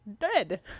dead